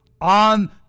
on